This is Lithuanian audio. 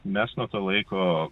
mes nuo to laiko